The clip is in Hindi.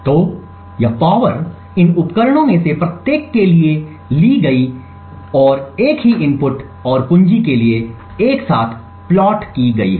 तो यह पावर इन उपकरणों में से प्रत्येक के लिए ली गई है और एक ही इनपुट और कुंजी के लिए एक साथ प्लॉट की गई है